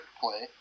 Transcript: play